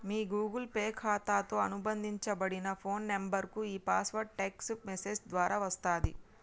మీ Google Pay ఖాతాతో అనుబంధించబడిన phone నంబర్కు ఈ పాస్వర్డ్ టెక్ట్స్ మెసేజ్ ద్వారా వస్తది